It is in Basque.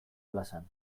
plazan